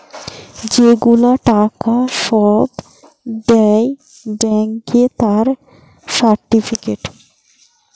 যে গুলা টাকা সব দেয় ব্যাংকে তার সার্টিফিকেট